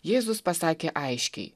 jėzus pasakė aiškiai